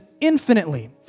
infinitely